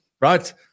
right